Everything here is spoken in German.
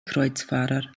kreuzfahrer